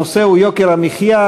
הנושא הוא: יוקר המחיה.